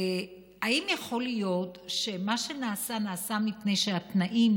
האם יכול להיות שמה שנעשה נעשה מפני שהתנאים